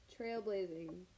trailblazing